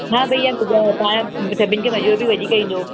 हा भईया सभिनि खे मज़ो बि वधीक ईंदो